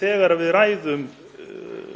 þegar við ræðum